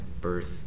birth